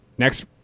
Next